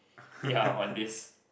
ya on this